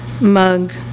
mug